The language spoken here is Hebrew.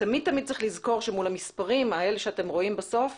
תמיד צריך לזכור שמול המספרים, יש אנשים.